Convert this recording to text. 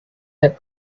that